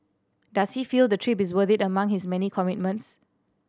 does he feel the trip is worth it among his many commitments